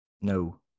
No